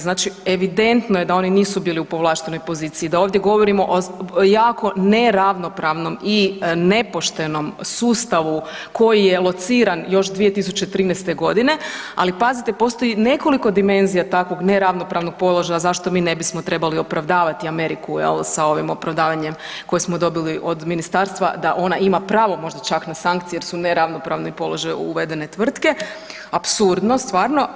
Znači evidentno je da oni nisu bili u povlaštenoj poziciji da ovdje govorimo o jako neravnopravnom i nepoštenom sustavu koji je lociran još 2013. godine, ali pazite postoji nekoliko dimenzija takvog neravnopravnog položaja zašto mi ne bismo trebali opravdavati Ameriku jel sa ovim opravdavanjem koje smo dobili od ministarstva da ona ima pravo možda čak na sankcije jer su u neravnopravni položaj uvedene tvrtke, apsurdno stvarno.